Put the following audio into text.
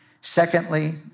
Secondly